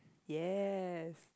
yes